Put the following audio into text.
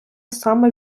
саме